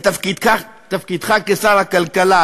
בתפקידך כשר הכלכלה,